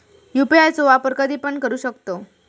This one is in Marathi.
यू.पी.आय चो वापर कधीपण करू शकतव?